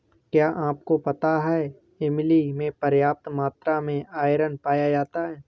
क्या आपको पता है इमली में पर्याप्त मात्रा में आयरन पाया जाता है?